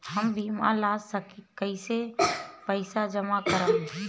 हम बीमा ला कईसे पईसा जमा करम?